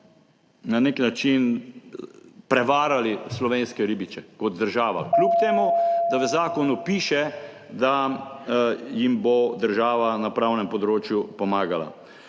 na nek način prevarali slovenske ribiče kot država, kljub temu da v zakonu piše, da jim bo država na pravnem področju pomagala.